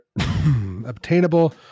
obtainable